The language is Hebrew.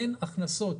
אין הכנסות.